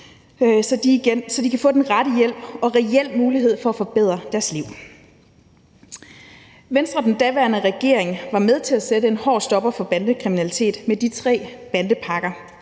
så de kan få den rette hjælp og en reel mulighed for at forbedre deres liv. Venstre og den daværende regering var med til at sætte en hård stopper for bandekriminalitet med de tre bandepakker.